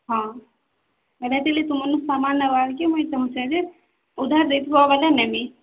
ହଁ ହେଟା ହେତିର୍ଲାଗି ତୁମର୍ନୁ ସାମାନ୍ ନେବାକେ ମୁଇଁ ଚାହୁଁଚେଁ ଯେ ଉଧାର୍ ଦେଇଥିବ ବେଲେ ନେମି